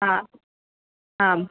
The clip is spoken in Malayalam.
ആ ആം